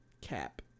cap